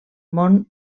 món